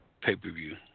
Pay-per-view